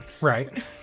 Right